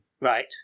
right